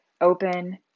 open